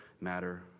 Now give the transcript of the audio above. matter